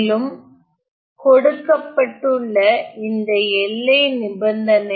மேலும் கொடுக்கப்பட்டுள்ள இந்தஎல்லை நிபந்தனை